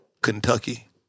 Kentucky